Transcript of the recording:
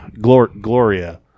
gloria